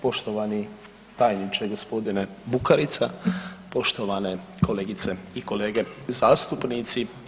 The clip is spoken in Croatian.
Poštovani tajniče g. Bukarica, poštovane kolegice i kolege zastupnici.